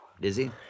Dizzy